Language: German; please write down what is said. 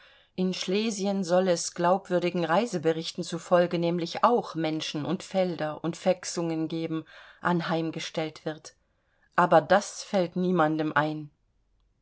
in schlesien soll es glaubwürdigen reiseberichten zufolge nämlich auch menschen und felder und fechsungen geben anheimgestellt wird aber das fällt niemandem ein